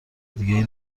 دیگهای